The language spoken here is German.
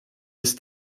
ist